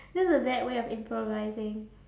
that's a bad way of improvising